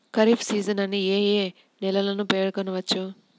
Kharif season అని ఏ ఏ నెలలను పేర్కొనవచ్చు?